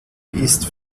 ist